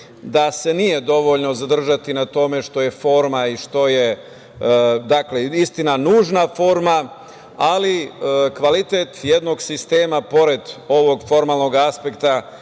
da se nije dovoljno zadržati na tome što je forma i što je, dakle istina, nužna forma, ali kvalitet jednog sistema pored ovog formalnog aspekta